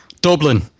Dublin